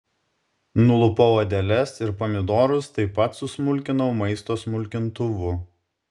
nulupau odeles ir pomidorus taip pat susmulkinau maisto smulkintuvu